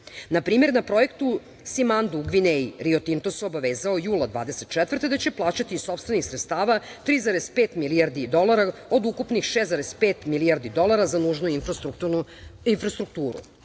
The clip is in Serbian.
primer, na projektu „Simandu“ u Gvineji Rio Tinto se obavezao jula 2024. godine da će plaćati iz sopstvenih sredstava 3,5 milijardi dolara od ukupnih 6,5 milijardi dolara za nužnu infrastrukturu.